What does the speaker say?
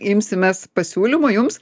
imsimės pasiūlymo jums